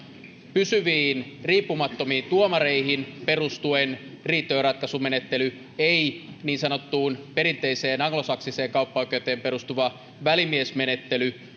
pysyviin riippumattomiin tuomareihin perustuen riitojenratkaisumenettely ei niin sanottuun perinteiseen anglosaksiseen kauppaoikeuteen perustuva välimiesmenettely